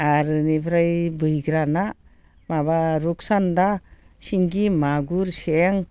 आरो बेनिफ्राय बैग्रा ना माबा रुप सान्दा सिंगिं मागुर सें